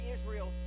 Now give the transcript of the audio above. Israel